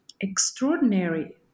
extraordinary